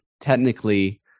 technically